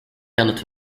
yanıt